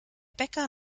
bäcker